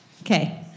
Okay